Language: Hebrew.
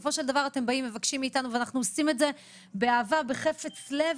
בסופו של דבר אתם מבקשים מאתנו ואנחנו עושים את זה באהבה ובחפץ לב,